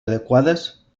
adequades